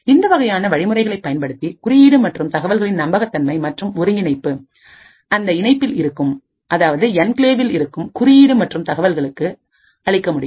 இந்த வகையான வழிமுறைகளை பயன்படுத்திகுறியீடு மற்றும் தகவல்களின் நம்பகத்தன்மை மற்றும் ஒருங்கிணைப்பை அந்த இணைப்பில் இருக்கும் அதாவது என்கிளேவ் இல் இருக்கும் குறியீடு மற்றும் தகவல்களுக்கு அளிக்க முடியும்